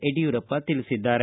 ಯಡಿಯೂರಪ್ಪ ತಿಳಿಸಿದ್ದಾರೆ